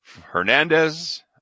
Hernandez